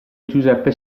giuseppe